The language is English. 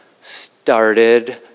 started